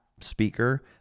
speaker